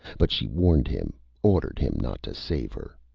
but she warned him, ordered him not to save her.